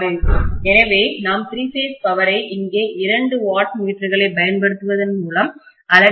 எனவே நாம் three phase பவரை இங்கே இரண்டு வாட் மீட்டர்களைப் பயன்படுத்துவதன் மூலம் அளவிட முடியும்